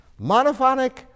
Monophonic